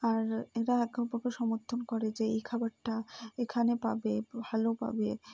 আর এরা একে অপরকে সমর্থন করে যে এই খাবারটা এখানে পাবে ভালো পাবে